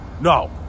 no